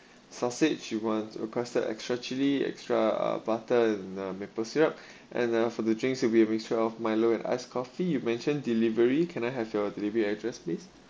sausage you want requested extra chili extra uh butter and uh maple syrup and uh for the drinks will be a mixture of iced milo and iced coffee you mentioned delivery can I have your delivery address please